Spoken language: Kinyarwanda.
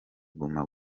guma